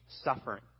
suffering